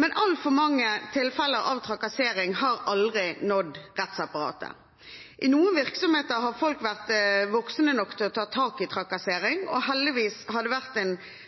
men altfor mange tilfeller av trakassering har aldri nådd rettsapparatet. I noen virksomheter har folk vært voksne nok til å ta tak i trakassering, og heldigvis har det vært en